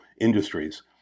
industries